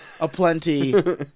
aplenty